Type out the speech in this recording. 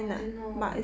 oh I didn't know